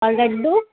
اور لڈو